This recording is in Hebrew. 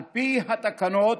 על פי התקנות,